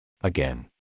Again